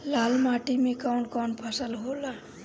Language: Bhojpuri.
लाल माटी मे कवन कवन फसल होला?